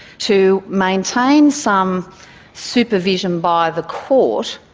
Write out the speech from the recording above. to maintain some supervision by the court,